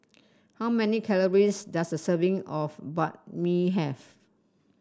how many calories does a serving of Banh Mi have